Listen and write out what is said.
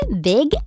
big